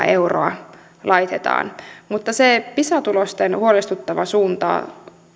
euroa laitetaan mutta se pisa tulosten huolestuttava suunta